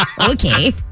Okay